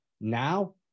Now